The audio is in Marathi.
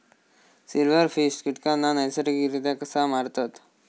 सिल्व्हरफिश कीटकांना नैसर्गिकरित्या कसा मारतत?